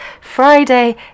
Friday